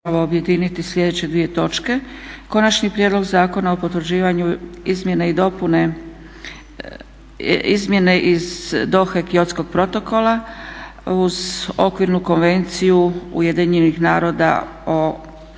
objediniti sljedeće dvije točke: - Prijedlog zakona o potvrđivanju izmjene iz Dohe Kyotskog protokola uz Okvirnu konvenciju Ujedinjenih naroda o